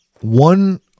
one